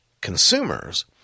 consumers